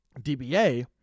DBA